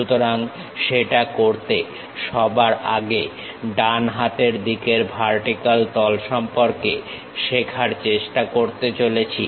সুতরাং সেটা করতে সবার আগে ডান হাতের দিকের ভার্টিক্যাল তল সম্পর্কে শেখার চেষ্টা করতে চলেছি